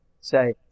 say